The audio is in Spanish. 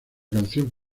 canción